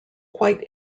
quite